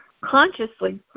Consciously